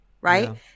right